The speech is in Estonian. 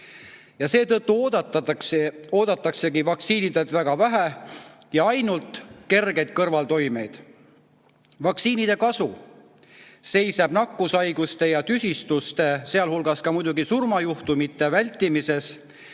Seetõttu oodataksegi vaktsiinidelt väga vähe ja ainult kergeid kõrvaltoimeid. Vaktsiinide kasu seisneb nakkushaiguste ja tüsistuste, sealhulgas muidugi surmajuhtumite vältimises.